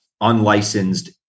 unlicensed